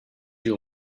you